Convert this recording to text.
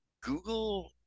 Google